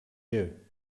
you